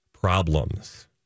problems